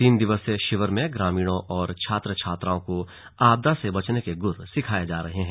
तीन दिवसीय शिविर में ग्रामीणों और छात्र छात्राओं को आपदा से बचने के गुर सिखाए जा रहे हैं